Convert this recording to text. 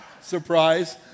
Surprise